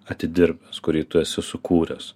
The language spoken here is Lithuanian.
atidirbęs kurį tu esi sukūręs